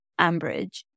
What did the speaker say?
Ambridge